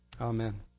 Amen